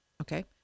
okay